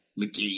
McGee